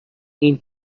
این